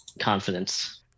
confidence